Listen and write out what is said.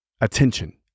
attention